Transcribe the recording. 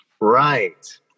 Right